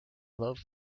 love